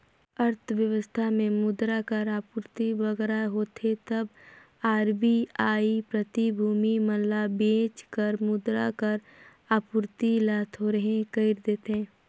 अर्थबेवस्था में मुद्रा कर आपूरति बगरा होथे तब आर.बी.आई प्रतिभूति मन ल बेंच कर मुद्रा कर आपूरति ल थोरहें कइर देथे